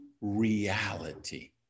reality